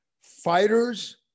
fighters